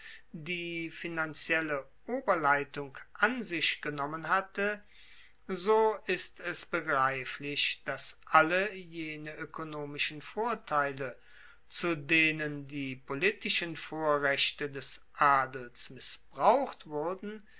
die finanzielle oberleitung an sich genommen hatte so ist es begreiflich dass alle jene oekonomischen vorteile zu denen die politischen vorrechte des adels missbraucht wurden